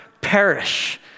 perish